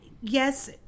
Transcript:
yes